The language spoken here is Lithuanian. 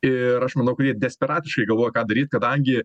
ir aš manau kurie desperatiškai galvoja ką daryt kadangi